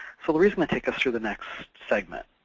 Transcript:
so, loree's going to take us through the next segment.